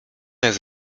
jest